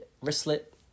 wristlet